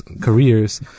careers